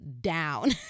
down